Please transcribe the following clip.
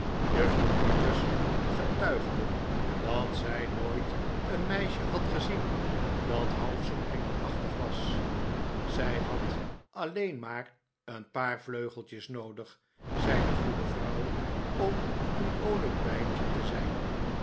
juffrouw todgers betuigde dat zij nooit een meisje had gezien dat half zoo engelachtig was zij had alleen maar een paar vleugeltjes noodig zei de goede vrouw om een colombijntje te zijn